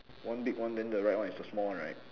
one big one then the right one is the small one right